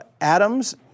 Adams